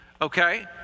okay